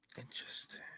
Interesting